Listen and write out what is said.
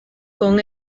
con